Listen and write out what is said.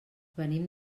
venim